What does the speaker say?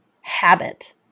habit